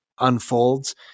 unfolds